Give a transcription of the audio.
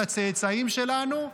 לצאצאים שלנו,